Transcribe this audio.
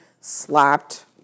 slapped